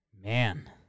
man